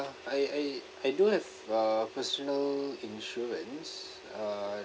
I I I do have uh personal insurance uh